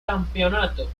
campeonato